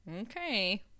Okay